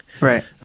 Right